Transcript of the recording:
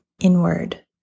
inward